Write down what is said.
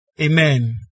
Amen